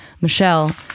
Michelle